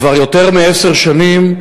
כבר יותר מעשר שנים,